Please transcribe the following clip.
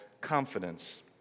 confidence